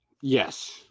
Yes